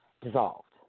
dissolved